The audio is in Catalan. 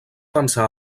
pensar